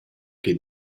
che